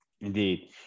Indeed